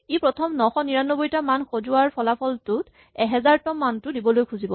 ই প্ৰথম ৯৯৯ টা মান সজোৱাৰ ফলাফলটোত ১০০০ তম মানটো দিবলৈ খুজিব